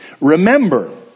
Remember